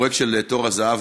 הפרויקט של תור הזהב,